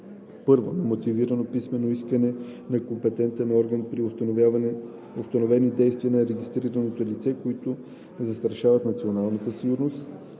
1. на мотивирано писмено искане на компетентен орган при установени действия на регистрираното лице, които застрашават националната сигурност